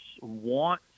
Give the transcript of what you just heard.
want